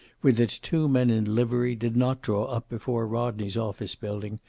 with its two men in livery, did not draw up before rodney's office building,